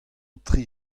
tri